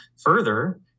further